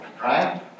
right